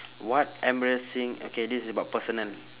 what embarrassing okay this is about personal